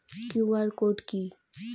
QR code কি?